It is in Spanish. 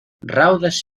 raudas